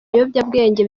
ibiyobyabwenge